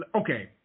Okay